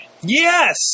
Yes